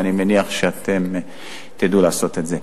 אני מניח שאתם תדעו לעשות את זה.